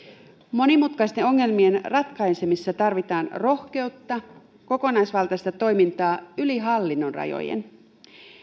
monimutkaisten ongelmien ratkaisemisessa tarvitaan rohkeutta kokonaisvaltaista toimintaa yli hallinnonrajojen